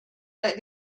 that